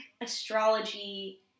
astrology